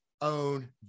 own